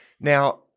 Now